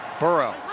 Burrow